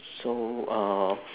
so uh